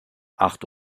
acht